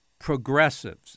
Progressives